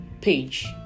page